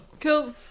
Cool